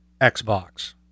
Xbox